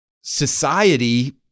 society